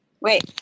Wait